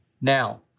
Now